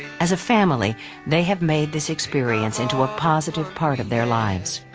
as a family they have made this experience into a positive part of their lives.